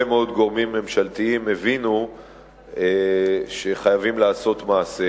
מאוד גורמים ממשלתיים הבינו שחייבים לעשות מעשה.